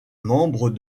membres